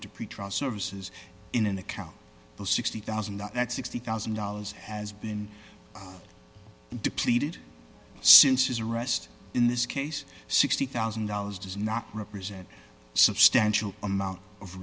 d to pretrial services in an account to sixty thousand dollars that sixty thousand dollars has been depleted since his arrest in this case sixty thousand dollars does not represent substantial amount of